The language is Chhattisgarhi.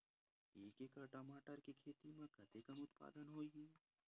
एक एकड़ टमाटर के खेती म कतेकन उत्पादन होही?